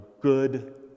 good